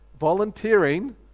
volunteering